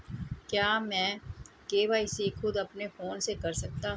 क्या मैं के.वाई.सी खुद अपने फोन से कर सकता हूँ?